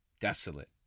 desolate